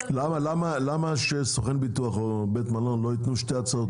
למה שסוכן ביטוח או בית מלון לא יוכל לתת שתי הצעות?